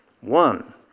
One